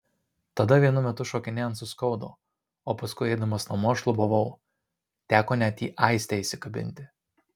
tada vienu metu šokinėjant suskaudo o paskui eidamas namo šlubavau teko net į aistę įsikabinti